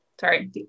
sorry